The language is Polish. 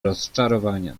rozczarowania